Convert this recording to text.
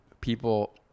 people